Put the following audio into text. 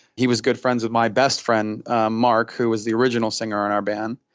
he was good friends with my best friend mark, who was the original singer in our band.